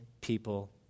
people